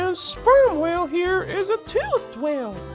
so sperm whale here is a toothed whale!